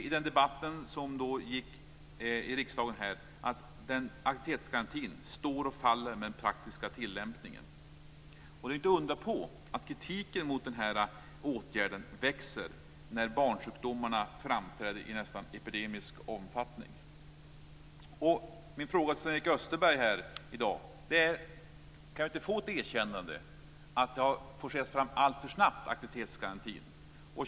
I den debatten som då var i riksdagen sade vi att aktivitetsgarantin står och faller med den praktiska tillämpningen. Det är inte att undra på att kritiken mot den här åtgärden växer när barnsjukdomarna framträder i nästan epidemisk omfattning. Min fråga till Sven-Erik Österberg i dag är: Kan vi inte få ett erkännande om att aktivitetsgarantin har forcerats fram alltför snabbt?